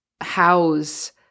house